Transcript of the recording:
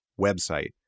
website